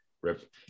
rip